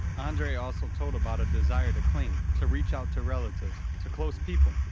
andrei also told about a desire to cling, to reach out to relatives, to close people,